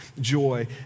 joy